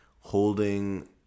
holding